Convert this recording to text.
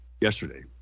yesterday